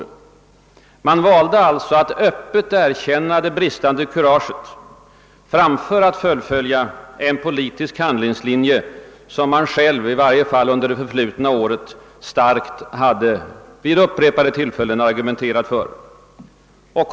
Regeringen valde alltså att öppet erkänna sitt bristande kurage framför att fullfölja en politisk handlingslinje som den själv, i vart fall under hela året, vid upprepade tillfällen starkt hade argumenterat för.